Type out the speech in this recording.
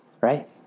Right